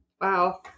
Wow